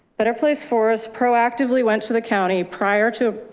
but our place for us proactively went to the county prior to,